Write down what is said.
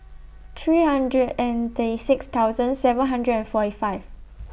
three hundred and thirty six thousand seven hundred and forty five